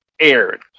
aired